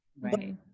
Right